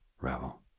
Ravel